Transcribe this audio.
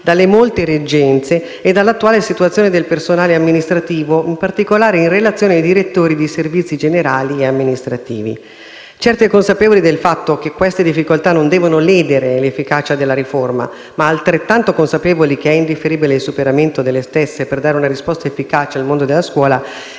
dalle molte reggenze e dall'attuale situazione del personale amministrativo, in particolare in relazione ai direttori dei servizi generali e amministrativi (DSGA). Certa e consapevole del fatto che queste difficoltà non devono ledere l'efficacia della riforma, ma altrettanto consapevoli che è indifferibile il superamento delle stesse per dare una risposta efficace al mondo della scuola,